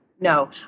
no